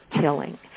killing